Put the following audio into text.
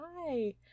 Hi